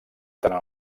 tant